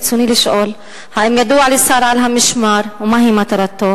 ברצוני לשאול: 1. האם ידוע לשר על המשמר ומה היא מטרתו?